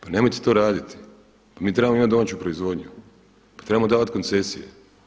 Pa nemojte to raditi, pa mi trebamo imati domaću proizvodnju, pa trebamo davati koncesije.